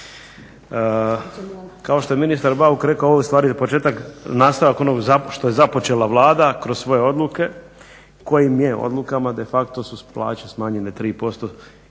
Kao što je ministar Bauk o ovoj stvari je početak, nastavak onog što je započela Vlada kroz svoje odluke, kojim je odlukama de facto su plaće smanjenje tri